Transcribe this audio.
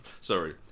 Sorry